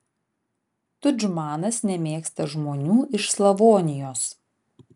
tudžmanas nemėgsta žmonių iš slavonijos